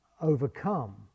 overcome